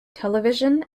television